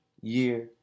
year